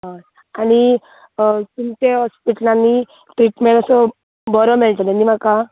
हय आनी तुमचें हॉस्पिटलांनी ट्रिटमॅट असो बरो मेळटालो न्ही म्हाका